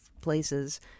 places